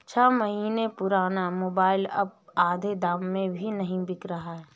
छह महीने पुराना मोबाइल अब आधे दाम में भी नही बिक रहा है